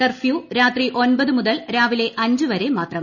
curfew രാത്രി ഒൻപത് മുതൽ രാവിലെ അഞ്ചു വരെ മാത്രം